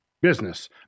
business